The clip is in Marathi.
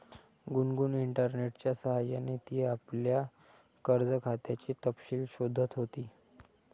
गुनगुन इंटरनेटच्या सह्याने ती आपल्या कर्ज खात्याचे तपशील शोधत होती